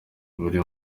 buri